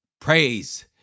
Praise